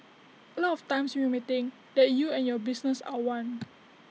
A lot of times you may think that you and your business are one